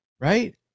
right